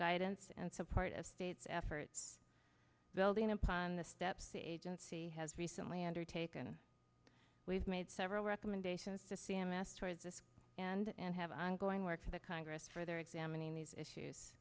guidance and support of states efforts building upon the steps the agency has recently undertaken we've made several recommendations to c m s towards this and have ongoing work to the congress for their examining these issues